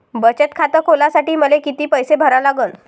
बचत खात खोलासाठी मले किती पैसे भरा लागन?